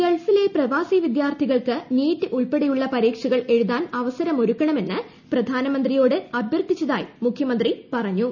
ഗൾഫിലെ പ്രവാസി വിദ്യാർത്ഥികൾക്ക് നീറ്റ് ഉൾപ്പെടെയുള്ള പരീക്ഷകൾ എഴുതാൻ അവസരമൊരുക്കണമെന്ന് പ്രധാനമന്ത്രിയോട് അഭ്യർത്ഥിച്ചതായി മുഖ്യമന്ത്രി പറഞ്ഞു